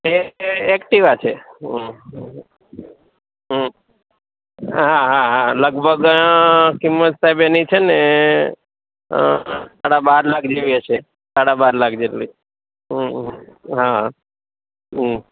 Activa છે હા હા હા લગભગ કિંમત સાહેબ એની છેને સાડા બાર લાખ જેવી હશે સાડા બાર લાખ જેટલી હા હં